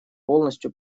полностью